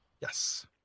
Yes